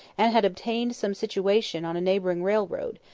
and had obtained some situation on a neighbouring railroad,